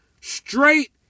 straight